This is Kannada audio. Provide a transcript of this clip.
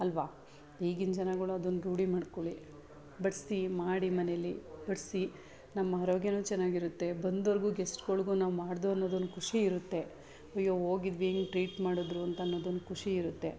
ಅಲ್ವ ಈಗಿನ ಜನಗಳು ಅದನ್ನ ರೂಢಿ ಮಾಡಿಕೊಳ್ಳಿ ಬಡಿಸಿ ಮಾಡಿ ಮನೇಲಿ ಬಡಿಸಿ ನಮ್ಮ ಆರೋಗ್ಯವೂ ಚೆನ್ನಾಗಿರುತ್ತೆ ಬಂದವ್ರಿಗೂ ಗೆಸ್ಟ್ಗಳಿಗೂ ನಾವು ಮಾಡಿದೋ ಅನ್ನೋದೊಂದು ಖುಷಿ ಇರುತ್ತೆ ಅಯ್ಯೋ ಹೋಗಿದ್ವಿ ಹಿಂಗೆ ಟ್ರೀಟ್ ಮಾಡಿದ್ರು ಅಂತ ಅನ್ನೋದೊಂದು ಖುಷಿ ಇರುತ್ತೆ